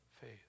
faith